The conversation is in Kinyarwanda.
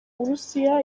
burusiya